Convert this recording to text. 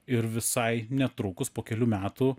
ir visai netrukus po kelių metų